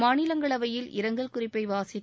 மாநிலங்களவையில் இரங்கல் குறிப்பை வாசித்த